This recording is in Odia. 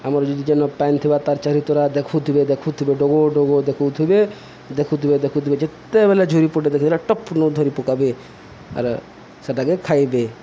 ଆମର ଯଦି ଯେନ୍ ପାନ୍ ଥିବା ତାର ଚାରି ତୁରରା ଦେଖୁଥିବେ ଦେଖୁଥିବେ ଡଗୋଡଗୋ ଦେଖୁଥିବେ ଦେଖୁଥିବେ ଦେଖୁଥିବେ ଯେତେବେଳେ ଝୁରି ପଟେ ଦେଖୁଥେଲା ଟପ୍ ନ ଧରି ପକାବେ ଆର ସେଟାକେ ଖାଇବେ